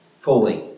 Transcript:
fully